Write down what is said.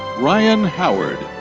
ryan howard.